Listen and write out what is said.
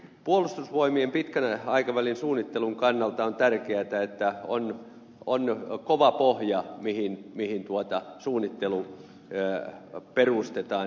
puolustusvoimien pitkän aikavälin suunnittelun kannalta on tärkeätä että on kova pohja mihin suunnittelu perustetaan